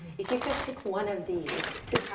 if you could pick one of these to have